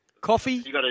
Coffee